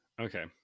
okay